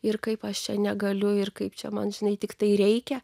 ir kaip aš negaliu ir kaip čia man žinai tiktai reikia